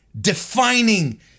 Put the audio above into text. defining